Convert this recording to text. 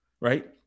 right